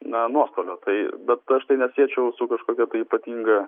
na nuostolio tai bet aš tai nesiečiau su kažkokia tai ypatinga